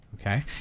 Okay